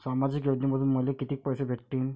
सामाजिक योजनेमंधून मले कितीक पैसे भेटतीनं?